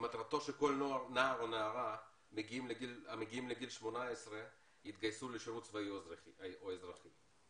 שמטרתו שכל נער או נערה המגיעים לגיל 18 יתגייסו לשירות צבאי או אזרחי.